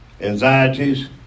anxieties